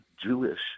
Jewish